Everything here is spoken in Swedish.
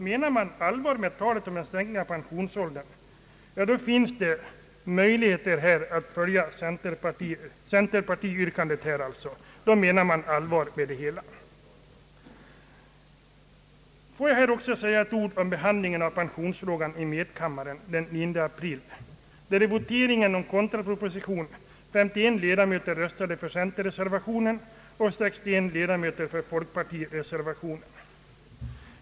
Menar man allvar med talet om en sänkning av pensionsåldern, finns det möjlighet att stödja centerpartiets yrkande. Låt mig också säga ett par ord om behandlingen av pensionsfrågan i medkammaren den 9 april, där i voteringen om kontraproposition 51 ledamöter röstade för centerpartireservationen och 61 för folkpartireservationen.